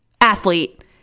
athlete